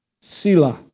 Sila